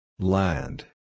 Land